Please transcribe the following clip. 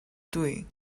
doing